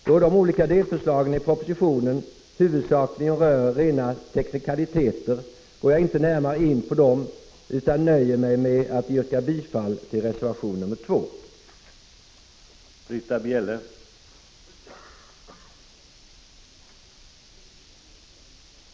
Då de olika delförslagen i propositionen huvudsakligen rör rena teknika = Prot. 1985/86:50 liteter, går jag inte närmare in på dem utan nöjer mig med att yrka bifall till 12 december 1985 reservation nr 2. RVTANRRNTTTEN Skyldigheten att lämna